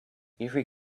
every